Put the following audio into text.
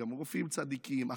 רופאים צדיקים,